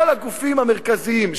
כל הגופים המרכזיים,